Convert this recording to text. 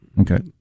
Okay